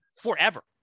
forever